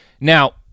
now